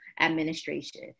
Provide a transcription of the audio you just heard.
administration